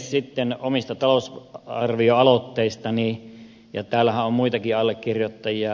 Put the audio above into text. sitten omista talousarvioaloitteistani ja täällähän on muitakin allekirjoittajia